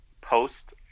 post